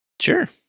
sure